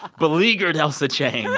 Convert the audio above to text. beleaguered, ailsa chang,